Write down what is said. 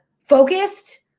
focused